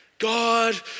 God